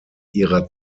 ihrer